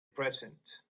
present